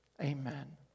Amen